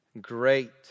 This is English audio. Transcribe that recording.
great